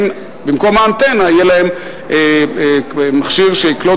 במקום האנטנה יהיה להם מכשיר שיקלוט